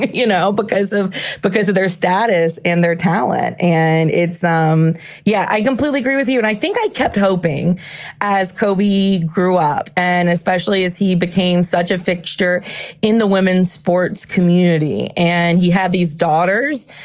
you know, because of because of their status and their talent and it's. um yeah, i completely agree with you. and i think i kept hoping as kobe grew up and especially. he became such a fixture in the women's sports community and he had these daughters.